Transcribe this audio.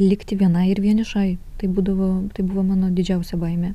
likti vienai ir vienišai tai būdavo tai buvo mano didžiausia baimė